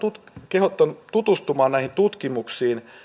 kehotan tutustumaan näihin tutkimuksiin